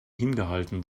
hingehalten